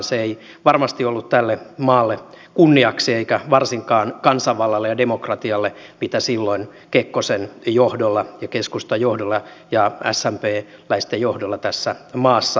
se ei varmasti ollut tälle maalle kunniaksi eikä varsinkaan kansanvallalle ja demokratialle mitä silloin kekkosen johdolla ja keskustan johdolla ja smpläisten johdolla tässä maassa tehtiin